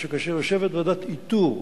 זה שכאשר יושבת ועדת איתור,